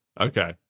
Okay